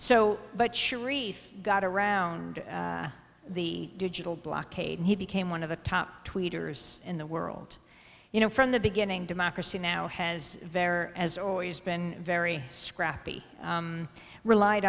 so but sharif got around the digital blockade and he became one of the top tweeters in the world you know from the beginning democracy now has very has always been very scrappy relied